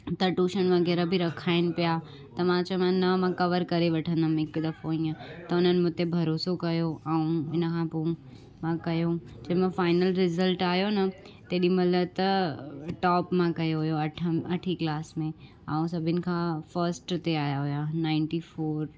त टूशन वग़ैरह बि रखाइनि पिया त मां चयो मानि न मां कवर करे वठंदमि हिकु दफ़ो हीअं त हुननि मूं ते भरोसो कयो ऐं इन खां पोइ मां कयो जंहिं महिल फाइनल रिज़ल्ट आहियो न तेॾीमहिल त टॉप मां कयो हुओ अठ अठीं क्लास में ऐं सभिनि खां फस्ट ते आहिया हुआ नाइंटी फोर